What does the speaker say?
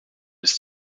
was